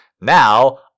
Now